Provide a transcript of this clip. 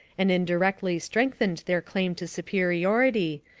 and indirectly strengthened their claim to superiority,